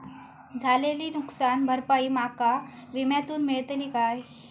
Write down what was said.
झालेली नुकसान भरपाई माका विम्यातून मेळतली काय?